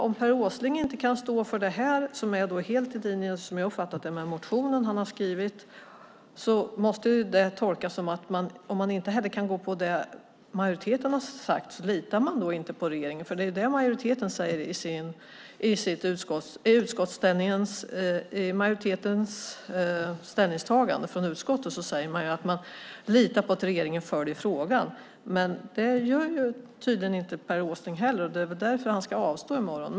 Om Per Åsling inte kan stå för det här som är helt i linje med, som jag har uppfattat det, den motion han har skrivit och han inte heller kan gå på det majoriteten har sagt måste det tolkas som att han inte litar på regeringen. I utskottsmajoritetens ställningstagande säger man ju att man litar på att regeringen följer frågan. Men det gör tydligen inte Per Åsling. Det är väl därför han ska avstå i morgon?